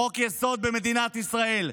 חוק-יסוד במדינת ישראל.